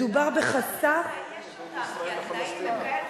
מדובר בחסך, לאייש אותם,